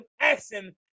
action